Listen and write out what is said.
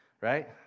right